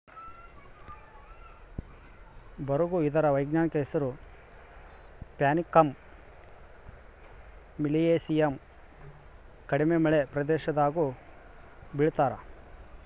ಬರುಗು ಇದರ ವೈಜ್ಞಾನಿಕ ಹೆಸರು ಪ್ಯಾನಿಕಮ್ ಮಿಲಿಯೇಸಿಯಮ್ ಕಡಿಮೆ ಮಳೆ ಪ್ರದೇಶದಾಗೂ ಬೆಳೀತಾರ